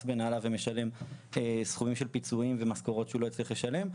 בנעליו ומשלם סכומים של פיצויים ומשכורות שהוא לא הצליח לשלם,